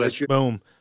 Boom